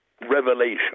revelation